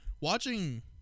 watching